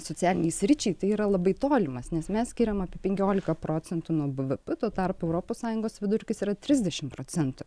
socialinei sričiai tai yra labai tolimas nes mes skiriame apie penkiolika procentų nuo bvp tuo tarpu europos sąjungos vidurkis yra trisdešim procentų